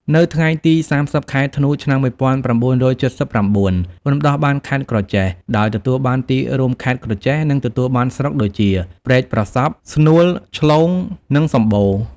នៅថ្ងៃទី ៣០ ខែធ្នូ ឆ្នាំ ១៩៧៩ រំដោះបានខេត្តក្រចេះ ដោយទទួលបានទីរួមខេត្ត ក្រចេះ និងទទួលបានស្រុកដូចជា ព្រែកប្រសព្វ ស្នួល ឆ្លូង និងសំបូរ។